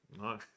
No